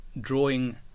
drawing